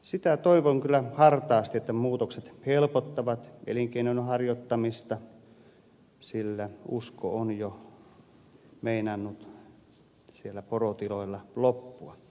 sitä toivon kyllä hartaasti että muutokset helpottavat elinkeinon harjoittamista sillä usko on jo meinannut siellä porotiloilla loppua